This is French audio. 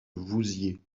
vouziers